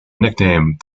nickname